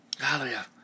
Hallelujah